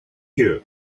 you